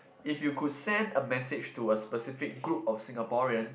if you could send a message to a specific group of Singaporean